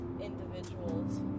individuals